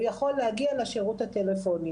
הוא יכול להגיע לשירות הטלפוני.